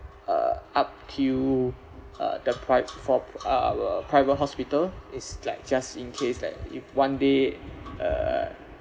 uh up till uh the price for uh uh private hospital it's like just in case like if one day uh